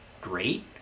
great